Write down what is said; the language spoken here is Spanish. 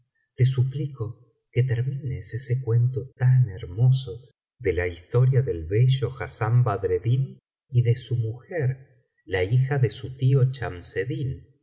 te suplico que termines ese cuento tan hermoso de la historia del bello hassán badreddin y de su mujer la hija de su tío